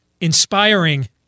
inspiring